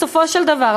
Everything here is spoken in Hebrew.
בסופו של דבר,